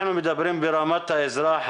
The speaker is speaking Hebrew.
אנחנו מדברים ברמת האזרח,